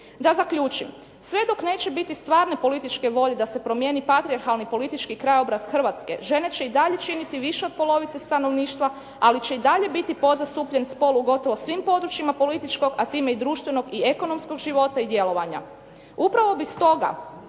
Da zaključim, sve dok neće biti stvarne političke volje da se promjeni patrijarhalni politički krajobraz Hrvatske, žene će i dalje činiti više od polovice stanovništva ali će i dalje biti podzastupljen spol u gotovo svim područjima političkog a time i društvenog i ekonomskog života i djelovanja. Upravo bi stoga